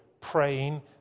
praying